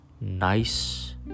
nice